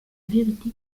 vérité